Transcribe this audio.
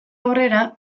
aurrera